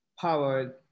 powered